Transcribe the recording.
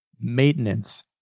maintenance